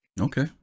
Okay